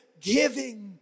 Giving